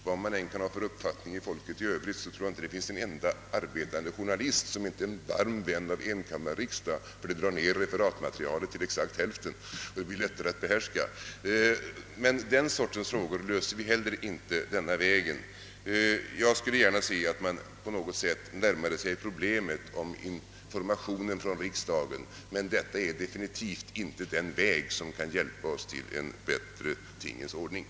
Vad man än kan finna för uppfattning hos folket i övrigt så tror jag inte det finns en enda arbetande journalist som inte är en varm vän av enkammarriksdag. Referatmaterialet skulle dras ned till hälften och bli lättare att behärska. Men den sortens frågor löser vi heller inte på denna väg. Jag skulle gärna se att man på något sätt närmade sig problemet om informationen från riksdagen, men detta är definitivt inte den väg som kan hjälpa oss till en bättre tingens ordning,